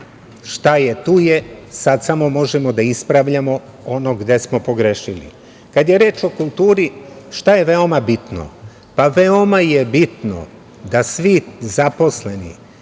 šta je tu je, sad samo možemo da ispravljamo ono gde smo pogrešili. Kad je reč o kulturi, šta je veoma bitno? Veoma je bitno da se svi zaposleni